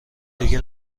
دیگه